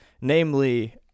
Namely